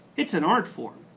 it's an art form.